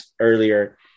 earlier